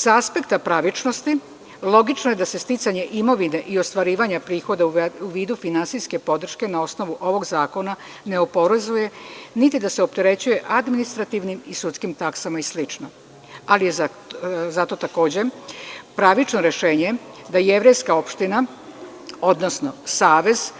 Sa aspekta pravičnosti, logično je da se sticanje imovine i ostvarivanja prihoda u vidu finansijske podrške na osnovu ovog zakona ne oporezuje, niti da se opterećuje administrativnim i sudskim taksama i slično, ali je zato takođe pravično rešenje da jevrejska opština, odnosno savez,